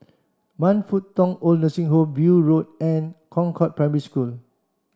Man Fut Tong OId Nursing Home View Road and Concord Primary School